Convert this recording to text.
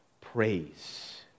praise